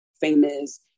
famous